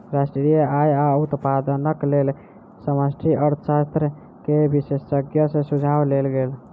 राष्ट्रीय आय आ उत्पादनक लेल समष्टि अर्थशास्त्र के विशेषज्ञ सॅ सुझाव लेल गेल